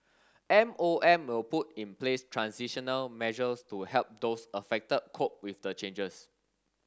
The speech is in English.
M O M will put in place transitional measures to help those affected cope with the changes